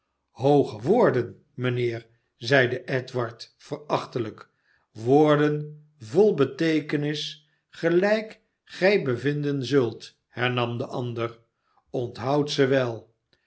woorden mijnheer zeide edward verachtelijk woorden vol beteekenis gelijk gij bevinden zult hernam de ander t onthoud ze